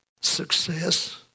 success